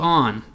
on